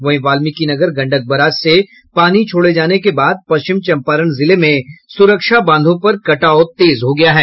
वहीं वाल्मीकिनगर गंडक बराज से पानी छोड़े जाने के बाद पश्चिम चम्पारण जिले में सुरक्षा बांधों पर कटाव तेज हो गया है